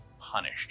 punished